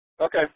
Okay